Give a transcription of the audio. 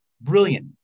Brilliant